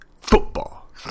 football